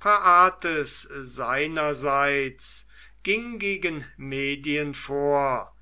phraates seinerseits ging gegen medien vor